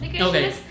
Okay